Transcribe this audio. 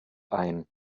ein